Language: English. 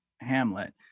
Hamlet